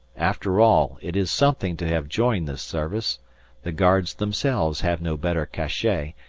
after all, it is something to have joined this service the guards themselves have no better cachet,